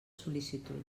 sol·licituds